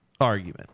argument